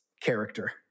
character